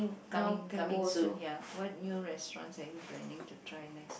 coming coming soon ya what new restaurant are you planning to try next